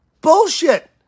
Bullshit